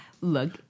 Look